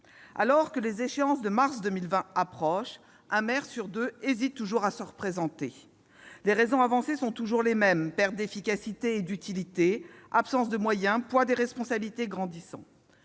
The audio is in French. Alors que les échéances de mars 2020 approchent, un maire sur deux hésite toujours à se représenter. Les raisons avancées sont toujours les mêmes : perte d'efficacité et d'utilité, absence de moyens et poids grandissant